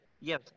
Yes